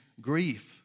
grief